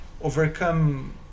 overcome